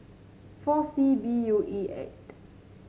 four C B U E eight